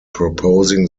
proposing